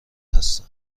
هستن